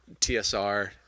TSR